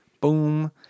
boom